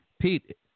Pete